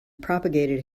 propagated